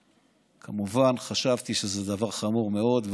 כמובן שחשבתי שזה דבר חמור מאוד,